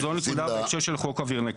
זו הנקודה של חוק אוויר נקי.